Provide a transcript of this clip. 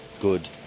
good